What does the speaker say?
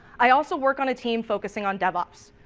i also work on a team focusing on devops.